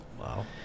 Wow